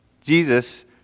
Jesus